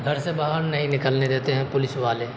گھر سے باہر نہیں نکلنے دیتے ہیں پولیس والے